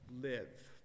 live